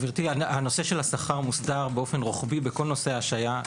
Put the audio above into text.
הנושא של השכר מוסדר באופן רוחבי בכל נושא ההשעיה.